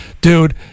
Dude